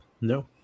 No